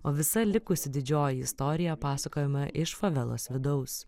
o visa likusi didžioji istorija pasakojama iš favelos vidaus